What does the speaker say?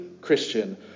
Christian